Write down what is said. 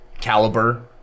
caliber